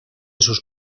sus